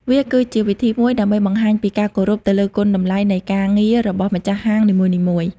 វាគឺជាវិធីមួយដើម្បីបង្ហាញពីការគោរពទៅលើគុណតម្លៃនៃការងាររបស់ម្ចាស់ហាងនីមួយៗ។